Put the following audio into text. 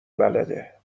بلده